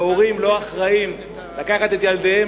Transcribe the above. להורים לא אחראיים לקחת את ילדיהם